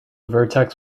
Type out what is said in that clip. vertex